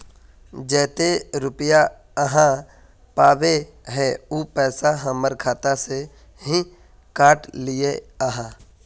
जयते रुपया आहाँ पाबे है उ पैसा हमर खाता से हि काट लिये आहाँ?